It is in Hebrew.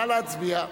נא להצביע.